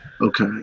Okay